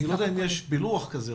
אני לא יודע אם יש פילוח כזה.